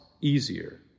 easier